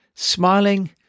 Smiling